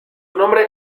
nombre